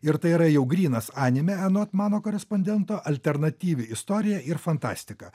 ir tai yra jau grynas anime anot mano korespondento alternatyvi istorija ir fantastika